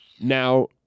Now